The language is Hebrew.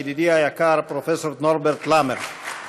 ידידי היקר פרופסור נורברט למָרט.